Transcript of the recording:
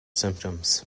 symptoms